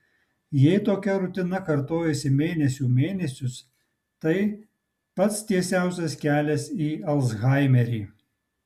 jei tokia rutina kartojasi mėnesių mėnesius tai pats tiesiausias kelias į alzhaimerį